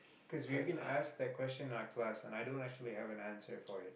cause we've been asked that question on class and i don't actually have an answer for it